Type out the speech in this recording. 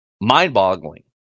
mind-boggling